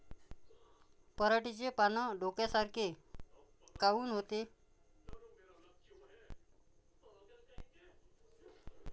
पराटीचे पानं डोन्यासारखे काऊन होते?